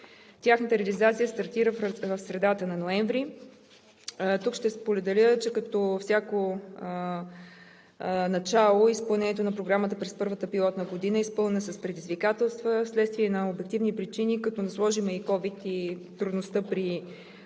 Тяхната реализация стартира в средата на месец ноември. Тук ще споделя, че като всяко начало изпълнението на Програмата през първата пилотна година е изпълнена с предизвикателства в следствие на обективни причини, като насложим и COVID-19, и трудността при лични